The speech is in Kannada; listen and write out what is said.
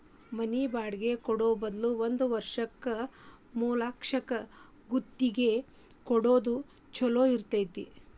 ಮನಿ ಬಾಡ್ಗಿ ಕೊಡೊ ಬದ್ಲಿ ಒಂದ್ ವರ್ಷಕ್ಕ ಮೂರ್ಲಕ್ಷಕ್ಕ ಗುತ್ತಿಗಿ ಕೊಡೊದ್ ಛೊಲೊ ಇರ್ತೆತಿ